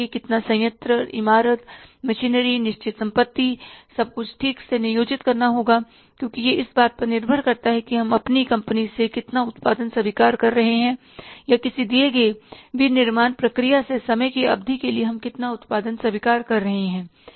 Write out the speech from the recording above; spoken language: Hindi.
कितना संयंत्र इमारत मशीनरीनिश्चित संपत्ति सब कुछ ठीक से नियोजित करना होगा क्योंकि यह इस बात पर निर्भर करता है कि हम अपनी कंपनी से कितना उत्पादन स्वीकार कर रहे हैं या किसी दिए गए विनिर्माण प्रक्रिया से समय की अवधि के लिए हम कितना उत्पादन स्वीकार कर रहे हैं है ना